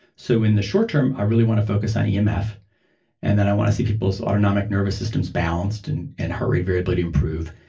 so, in the short-term i really want to focus on yeah emf, and then i want to see people's people's autonomic nervous systems balanced and and heart rate variability improve.